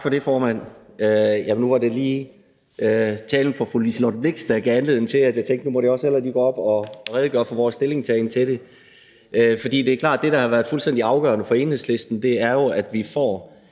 Tak for det, formand. Ja, nu var det lige talen fra fru Liselott Blixt, der gav anledning til, at jeg tænkte, at nu måtte jeg også hellere lige gå op og redegøre for vores stillingtagen til det. For det er klart, at det, der har været fuldstændig afgørende for Enhedslisten, jo er, at vi får